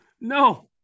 No